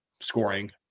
scoring